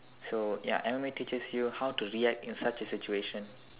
so ya M_M_A teaches you how to react in such a situation